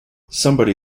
somebody